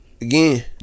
Again